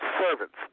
servants